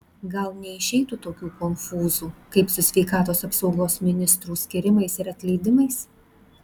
gal neišeitų tokių konfūzų kaip su sveikatos apsaugos ministrų skyrimais ir atleidimais